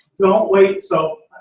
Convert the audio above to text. don't wait. so.